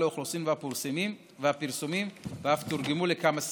האוכלוסין והפרסומים ואף תורגמה לכמה שפות.